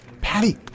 Patty